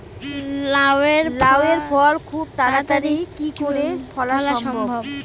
লাউ এর ফল খুব তাড়াতাড়ি কি করে ফলা সম্ভব?